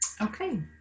Okay